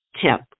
tip